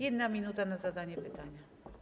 1 minuta na zadanie pytania.